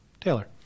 Taylor